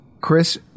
Chris